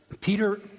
Peter